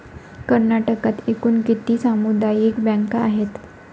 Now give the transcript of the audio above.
कर्नाटकात एकूण किती सामुदायिक बँका आहेत?